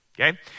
okay